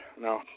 no